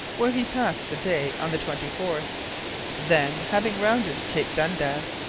where he passed the day on the twenty fourth then, having rounded cape dundas,